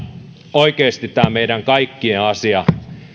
oikeasti tämä meidän kaikkien asia